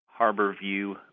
Harborview